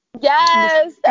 Yes